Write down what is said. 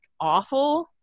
awful